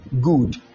Good